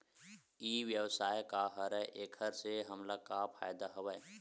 ई व्यवसाय का हरय एखर से हमला का फ़ायदा हवय?